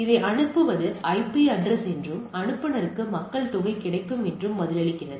இதை அனுப்புவது IP address என்றும் அனுப்புநருக்கு மக்கள்தொகை கிடைக்கும் என்றும் பதிலளிக்கிறது